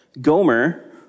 Gomer